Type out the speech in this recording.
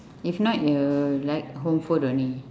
if not you like home food only